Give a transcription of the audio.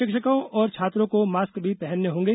शिक्षकों और छात्रों को मॉस्क भी पहनने होंगे